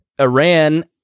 Iran